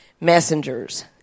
messengers